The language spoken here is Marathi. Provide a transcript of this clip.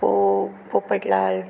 पो पोपटलाल